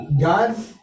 God